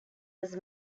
was